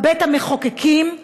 בבית המחוקקים,